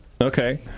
okay